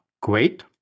great